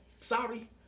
Sorry